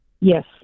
Yes